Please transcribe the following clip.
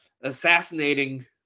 assassinating